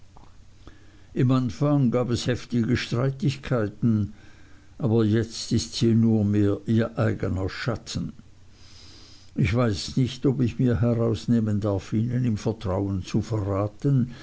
im anfang gab es heftige streitigkeiten aber jetzt ist sie nur mehr ihr eigener schatten ich weiß nicht ob ich mir herausnehmen darf ihnen im vertrauen zu verraten